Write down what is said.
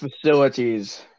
facilities